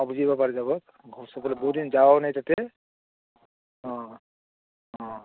বহুদিন যোৱাও নাই তাতে অ' অ'